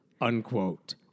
unquote